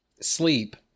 sleep